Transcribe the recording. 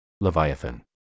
Leviathan